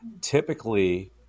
typically